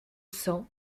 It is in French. sang